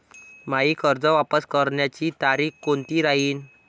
मायी कर्ज वापस करण्याची तारखी कोनती राहीन?